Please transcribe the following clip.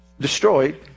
destroyed